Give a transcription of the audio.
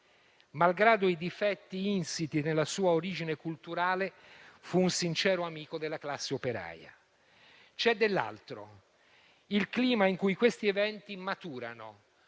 malgrado i difetti insiti nella sua origine culturale, fu un sincero amico della classe operaia. C'è dell'altro: il clima in cui questi eventi maturano,